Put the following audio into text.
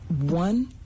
one